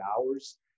hours